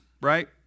right